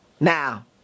Now